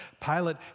Pilate